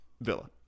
Villa